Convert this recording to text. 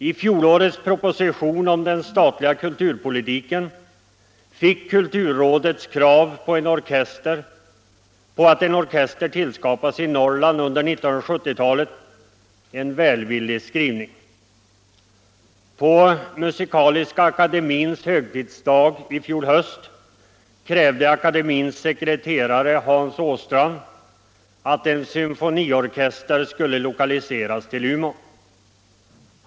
I fjolårets proposition om den statliga kulturpolitiken fick kulturrådets krav på att en orkester tillskapas i Norrland under 1970-talet en välvillig skrivning. På Musikaliska akademins högtidsdag i fjol höst krävde akademins sekreterare Hans Åstrand att en symfoniorkester skulle lokaliseras till Umeå.